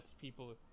people